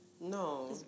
No